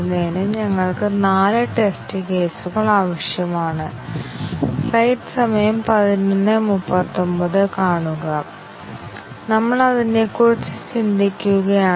അതിനാൽ 80 ശതമാനം statement coverage 90 ശതമാനം സ്റ്റേറ്റ്മെന്റ് കവറേജ് എന്നിവ പ്രസ്താവനകളുടെ ഏത് ഭിന്നസംഖ്യകൾ നടപ്പിലാക്കി എന്നതിനെ ആശ്രയിച്ച് നിങ്ങൾക്ക് പറയാം